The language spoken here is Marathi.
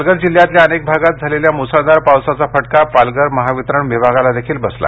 पालघर जिल्ह्यातल्या अनेक भागांत झालेल्या मुसळधार पावसाचा फटका पालघर महावितरण विभागालाही बसला